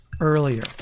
earlier